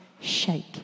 shake